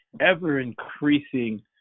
ever-increasing